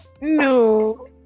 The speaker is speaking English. No